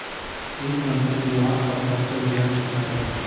वित्त मंत्री विभाग पर सब के नजर टिकल हइ